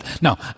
No